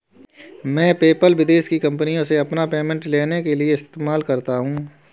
मैं पेपाल विदेश की कंपनीयों से अपना पेमेंट लेने के लिए इस्तेमाल करता हूँ